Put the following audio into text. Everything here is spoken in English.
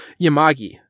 Yamagi